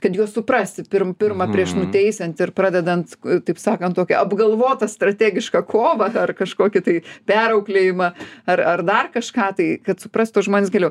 kad juos suprasti pirma prieš nuteisiant ir pradedant taip sakant tokią apgalvotą strategišką kovą ar kažkokį tai perauklėjimą ar ar dar kažką tai kad suprastų žmonės giliau